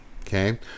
okay